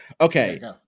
Okay